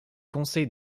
conseils